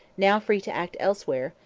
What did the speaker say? now free to act elsewhere,